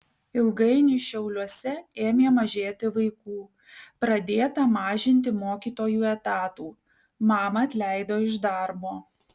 ilgainiui šiauliuose ėmė mažėti vaikų pradėta mažinti mokytojų etatų mamą atleido iš darbo